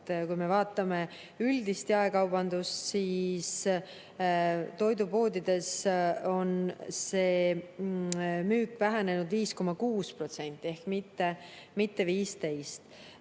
Kui me vaatame üldist jaekaubandust, siis toidupoodides on müük vähenenud 5,6% ehk mitte 15%.